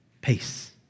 Peace